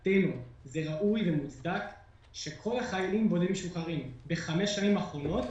ראוי ומוצדק שכל החיילים הבודדים המשוחררים שהיו בחמש השנים האחרונות